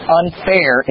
unfair